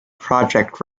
project